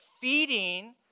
feeding